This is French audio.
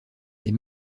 des